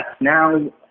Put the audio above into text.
now